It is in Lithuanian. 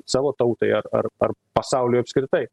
savo tautai ar ar ar pasauliui apskritai